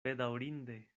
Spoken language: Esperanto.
bedaŭrinde